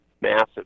massive